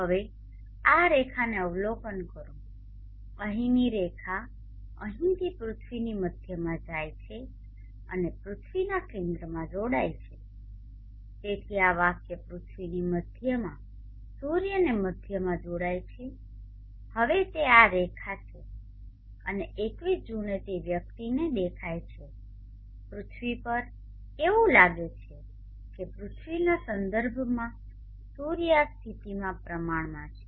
હવે આ રેખાને અવલોકન કરો અહીંની રેખા અહીંથી પૃથ્વીની મધ્યમાં જાય છે અને પૃથ્વીના કેન્દ્રમાં જોડાય છે તેથી આ વાક્ય પૃથ્વીની મધ્યમાં સૂર્યની મધ્યમાં જોડાય છે હવે તે આ રેખા છે અને 21 જૂને તે વ્યક્તિને દેખાય છે પૃથ્વી પર એવું લાગે છે કે પૃથ્વીના સંદર્ભમાં સૂર્ય આ સ્થિતિમાં પ્રમાણમાં છે